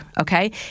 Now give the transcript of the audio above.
okay